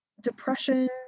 depression